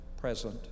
Present